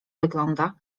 wygląda